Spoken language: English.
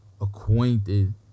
acquainted